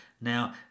Now